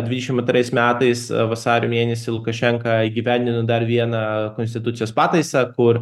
dvidešimt antrais metais vasario mėnesį lukašenka įgyvendino dar vieną konstitucijos pataisą kur